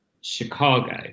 Chicago